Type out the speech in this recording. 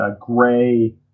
gray